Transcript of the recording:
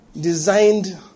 designed